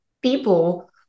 people